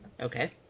Okay